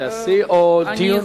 להסיר או דיון?